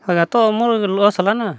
ହେଲା ତ ମୋର୍ ଲସ୍ ହେଲାନା